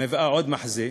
מביאה עוד מחזה,